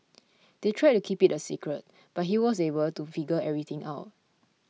they tried to keep it a secret but he was able to figure everything out